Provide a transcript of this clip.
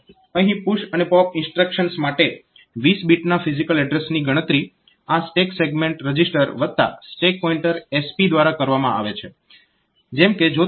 અહીં PUSH અને POP instructions માટે 20 બીટના ફિઝીકલ એડ્રેસની ગણતરી આ સ્ટેક સેગમેન્ટ રજીસ્ટર વત્તા સ્ટેક પોઇન્ટર SP દ્વારા કરવામાં આવે છે